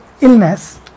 illness